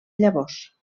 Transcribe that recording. llavors